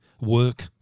work